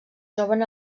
troben